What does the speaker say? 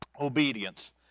obedience